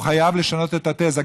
הוא חייב לשנות את התזה.